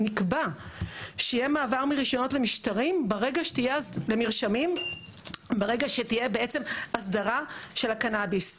נקבע שיהיה מעבר מרשיונות למרשמים ברגע שתהיה בעצם הסדרה של הקנביס.